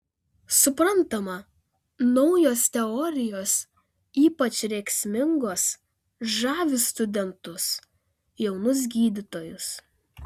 suprantama naujos teorijos ypač rėksmingos žavi studentus jaunus gydytojus